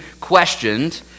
questioned